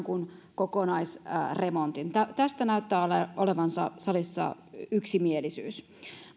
kuin kokonaisremontin tästä näyttää olevan salissa yksimielisyys